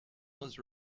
was